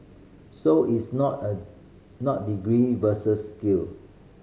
so it's not a not degree versus skill